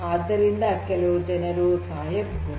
ಆದ್ದರಿಂದ ಕೆಲವು ಜನರು ಸಾಯಬಹುದು